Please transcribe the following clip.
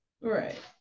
Right